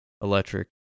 electric